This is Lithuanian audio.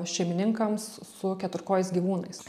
šeimininkams su keturkojais gyvūnais